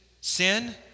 sin